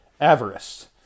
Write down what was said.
avarice